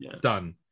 Done